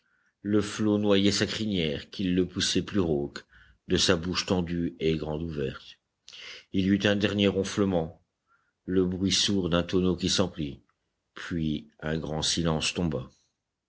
le flot noyait sa crinière qu'il le poussait plus rauque de sa bouche tendue et grande ouverte il y eut un dernier ronflement le bruit sourd d'un tonneau qui s'emplit puis un grand silence tomba